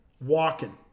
walking